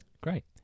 Great